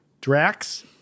Drax